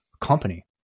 company